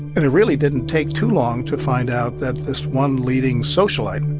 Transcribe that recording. and it really didn't take too long to find out that this one leading socialite,